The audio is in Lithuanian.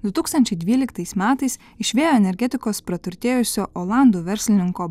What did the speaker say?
du tūkstančiai dvyliktais metais iš vėjo energetikos praturtėjusio olandų verslininko